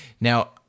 now